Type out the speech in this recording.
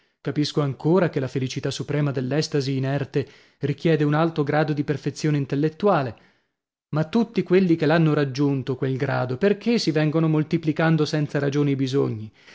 capisco ancora che la felicità suprema dell'estasi inerte richiede un alto grado di perfezione intellettuale ma tutti quelli che l'hanno raggiunto quel grado perchè si vengono moltiplicando senza ragione i bisogni